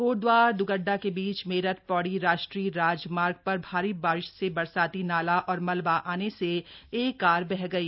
कोटदवार द्गड्डा के बीच मेरठ पौड़ी राष्ट्रीय राजमार्ग पर भारी बारिश से बरसाती नाला और मलबा आने से एक कार बह गई